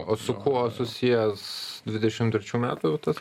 o su kuo susijęs dvidešimt trečių metų tas